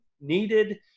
needed